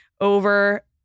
over